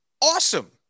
Awesome